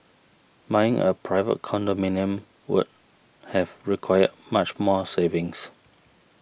buying a private condominium would have required much more savings